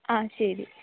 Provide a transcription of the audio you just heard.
ആ ശരി